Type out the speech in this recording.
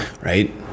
right